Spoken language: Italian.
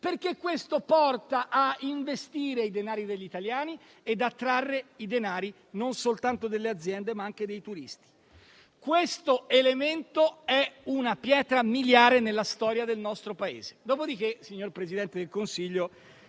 perché questo porta a investire il denaro degli italiani ed attrarre i denari non soltanto delle aziende, ma anche dei turisti. Questo elemento è una pietra miliare nella storia del nostro Paese.